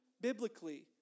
biblically